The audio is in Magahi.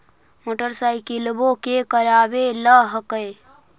मोटरसाइकिलवो के करावे ल हेकै?